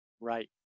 right